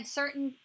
certain